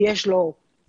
יש לו שישה,